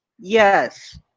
Yes